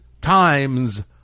times